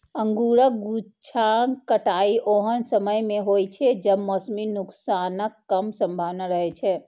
अंगूरक गुच्छाक कटाइ ओहन समय मे होइ छै, जब मौसमी नुकसानक कम संभावना रहै छै